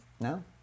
No